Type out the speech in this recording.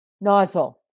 nozzle